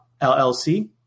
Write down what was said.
LLC